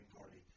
party